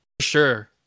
sure